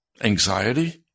Anxiety